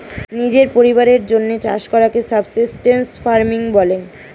নিজের পরিবারের জন্যে চাষ করাকে সাবসিস্টেন্স ফার্মিং বলে